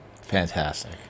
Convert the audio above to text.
Fantastic